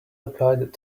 applied